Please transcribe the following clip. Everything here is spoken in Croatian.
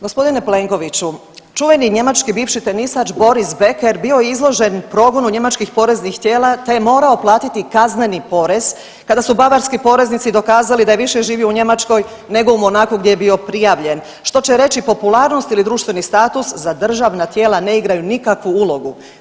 Gospodine Plenkoviću, čuveni njemački bivši tehnisač Boris Becker bio je izložen progonu njemačkih poreznih tijela te je morao platiti kazneni porez kada su bavarski poreznici dokazali da je više živio u Njemačkoj nego u Monaku gdje je bio prijavljen što će reći popularnost ili društveni status za državna tijela ne igraju nikakvu ulogu.